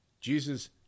Jesus